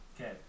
Okay